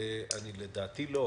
לדעתי, לא.